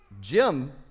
Jim